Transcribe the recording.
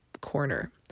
corner